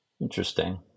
Interesting